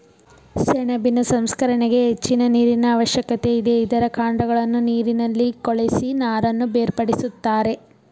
ಸೆಣಬಿನ ಸಂಸ್ಕರಣೆಗೆ ಹೆಚ್ಚಿನ ನೀರಿನ ಅವಶ್ಯಕತೆ ಇದೆ, ಇದರ ಕಾಂಡಗಳನ್ನು ನೀರಿನಲ್ಲಿ ಕೊಳೆಸಿ ನಾರನ್ನು ಬೇರ್ಪಡಿಸುತ್ತಾರೆ